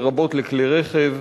לרבות לכלי רכב.